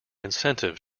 incentive